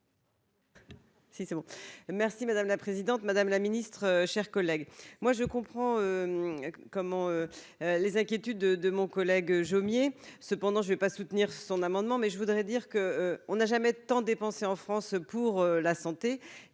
merci madame la présidente, madame la ministre, chers collègues, moi je comprends comment les inquiétudes de de mon collègue Jomier, cependant, je ne vais pas soutenir son amendement, mais je voudrais dire que on a jamais tant dépensé en France pour la santé